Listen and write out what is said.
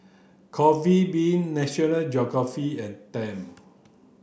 Coffee Bean National Geographic and Tempt